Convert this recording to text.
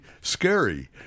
scary